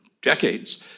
Decades